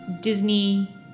Disney